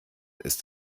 ist